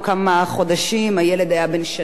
הוא נאלץ לגור עם אמא שהיתה אמורה